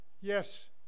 Yes